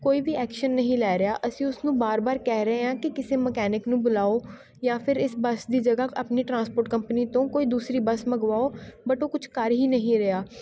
ਕੋਈ ਵੀ ਐਕਸ਼ਨ ਨਹੀਂ ਲੈ ਰਿਹਾ ਅਸੀਂ ਉਸਨੂੰ ਬਾਰ ਬਾਰ ਕਹਿ ਰਹੇ ਹਾਂ ਕਿ ਕਿਸੇ ਮਕੈਨਿਕ ਨੂੰ ਬੁਲਾਓ ਜਾਂ ਫਿਰ ਇਸ ਬੱਸ ਦੀ ਜਗ੍ਹਾ ਆਪਣੀ ਟਰਾਂਸਪੋਰਟ ਕੰਪਨੀ ਤੋਂ ਕੋਈ ਦੂਸਰੀ ਬੱਸ ਮੰਗਵਾਓ ਬਟ ਉਹ ਕੁਛ ਕਰ ਹੀ ਨਹੀਂ ਰਿਹਾ